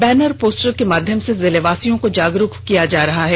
banner poster के माध्यम से जिलेवासियों को जागरूक किया जा रहा है